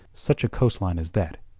such a coast-line as that,